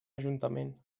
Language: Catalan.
ajuntament